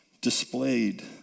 displayed